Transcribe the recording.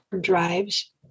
drives